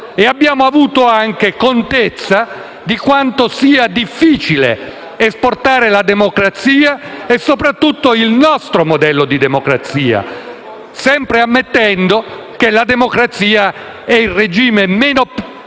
Abbiamo avuto anche contezza di quanto sia difficile esportare la democrazia e soprattutto il nostro modello di democrazia, sempre ammettendo che la democrazia sia il regime meno